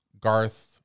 garth